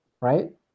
right